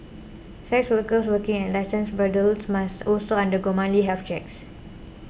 sex workers working at licensed brothels must also undergo monthly health checks